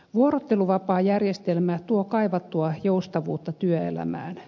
vuorotteluvapaajärjestelmä tuo kaivattua joustavuutta työelämään